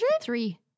Three